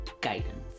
guidance